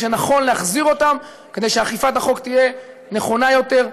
שנכון להחזיר אותם כדי שאכיפת החוק תהיה נכונה יותר,